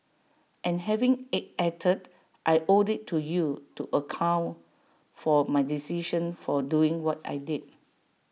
and having ache acted I owe IT to you to account for my decisions for doing what I did